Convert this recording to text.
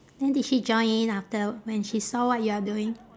then did she join in after when she saw what you are doing